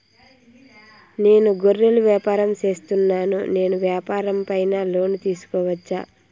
నేను గొర్రెలు వ్యాపారం సేస్తున్నాను, నేను వ్యాపారం పైన లోను తీసుకోవచ్చా?